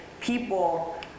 people